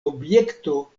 objekto